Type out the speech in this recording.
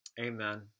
Amen